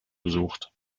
besucht